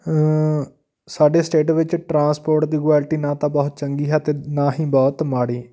ਸਾਡੇ ਸਟੇਟ ਵਿੱਚ ਟਰਾਂਸਪੋਰਟ ਦੀ ਕੁਆਲਿਟੀ ਨਾ ਤਾਂ ਬਹੁਤ ਚੰਗੀ ਹੈ ਅਤੇ ਨਾ ਹੀ ਬਹੁਤ ਮਾੜੀ